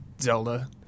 Zelda